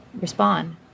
respond